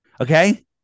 Okay